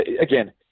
again